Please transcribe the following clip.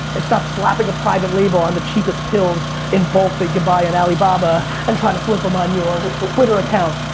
it's not slapping a private label on the cheapest pills in bulk they could buy at alibaba and try to flip em on your twitter account.